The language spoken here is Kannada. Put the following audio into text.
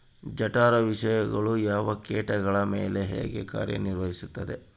ಜಠರ ವಿಷಯಗಳು ಯಾವ ಕೇಟಗಳ ಮೇಲೆ ಹೇಗೆ ಕಾರ್ಯ ನಿರ್ವಹಿಸುತ್ತದೆ?